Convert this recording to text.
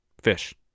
fish